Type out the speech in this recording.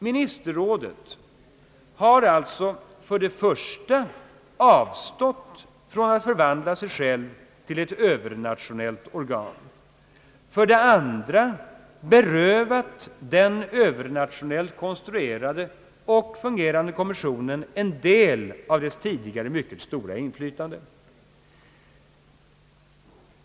Ministerrådet har alltså för det första avstått från att förvandla sig självt till ett övernationellt organ och för det andra berövat den övernationellt konstruerade och fungerande kommissionen en del av dess tidigare mycket stora inflytande.